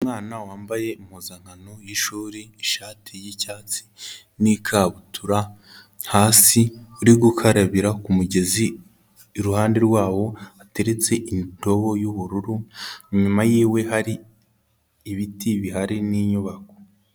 Umwana wambaye impuzankano y'ishuri ishati y'icyatsi n'ikabutura hasi, uri gukarabira ku mugezi, iruhande rwawo hateretse indobo y'ubururu, inyuma y'iwe hari ibiti bihari n'inyubako.